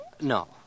No